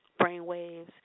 brainwaves